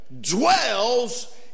dwells